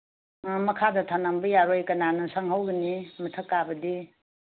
ꯑ ꯃꯈꯥꯗ ꯊꯃꯝꯕ ꯌꯥꯔꯣꯏ ꯀꯅꯥꯅ ꯁꯪꯍꯧꯒꯅꯤ ꯃꯊꯛ ꯀꯥꯕꯗꯤ